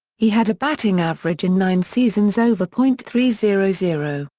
he had a batting average in nine seasons over point three zero zero,